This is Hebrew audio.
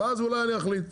ואז אולי אני אחליט,